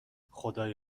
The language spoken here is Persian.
خدای